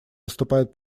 выступают